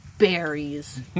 Berries